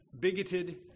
bigoted